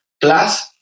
plus